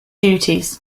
duties